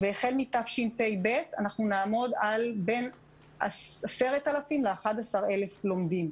והחל מתשפ"ב נעמוד על 10,000 11,000 לומדים.